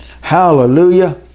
Hallelujah